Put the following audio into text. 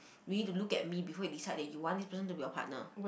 you need to look at me before you decide that you want this person to be your partner